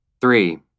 Three